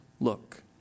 look